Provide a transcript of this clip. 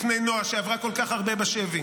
להתנצל בפני נועה שעברה כל כך הרבה בשבי,